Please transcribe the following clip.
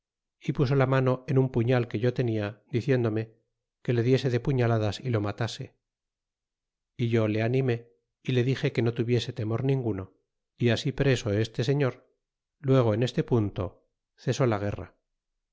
y puso la mano en un puñal que yo a tenia diciéndome que le diese de puñaladas y lo matase e yo le animé y le dile que no tuviese temor ninguno y as preso este señor luego en ese punto cesó la guerra